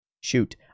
Shoot